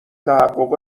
تحقق